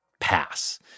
pass